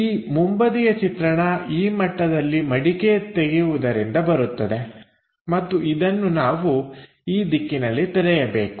ಈ ಮುಂಬದಿಯ ಚಿತ್ರಣ ಈ ಮಟ್ಟದಲ್ಲಿ ಮಡಿಕೆ ತೆಗೆಯುವುದರಿಂದ ಬರುತ್ತದೆ ಮತ್ತು ಇದನ್ನು ನಾವು ಈ ದಿಕ್ಕಿನಲ್ಲಿ ತೆರೆಯಬೇಕು